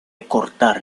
cortar